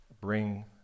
bring